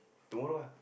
tomorrow ah